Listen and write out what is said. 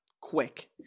Quick